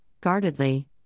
guardedly